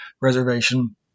Reservation